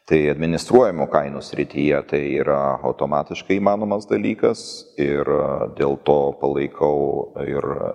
tai administruojamų kainų srityje tai yra automatiškai įmanomas dalykas ir dėl to palaikau ir